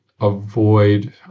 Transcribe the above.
avoid